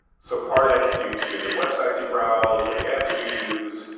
so, part of that's due to the websites you browse or the apps you use.